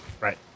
Right